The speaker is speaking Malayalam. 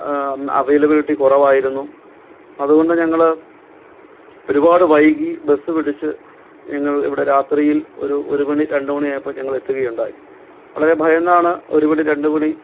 അവയ്ലബിലിട്ടി കുറവായിരുന്നു അതുകൊണ്ടു ഞങ്ങൾ ഒരുപാട് വൈകി ബസ് പിടിച്ച് ഞങ്ങൾ ഇവിടെ രാത്രിയിൽ ഒരു ഒരു മണി രണ്ട് മണി ആയപ്പോൾ ഞങ്ങൾ എത്തുകയുണ്ടായി വളരെ ഭയന്നാണ് ഒരു മണി രണ്ട് മണി